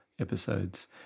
episodes